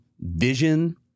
vision